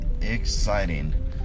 exciting